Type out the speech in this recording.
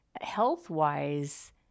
health-wise